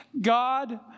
God